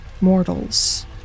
mortals